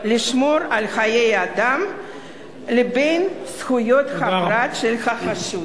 לשמור על חיי אדם לבין זכויות הפרט של החשוד.